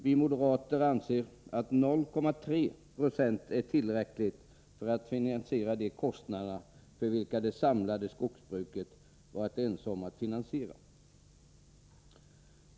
Vi moderater anser att 0,3 20 är tillräckligt för att finansiera de kostnader vilka det samlade skogsbruket varit ense om att ta på sig.